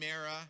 Mara